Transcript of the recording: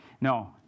No